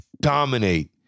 dominate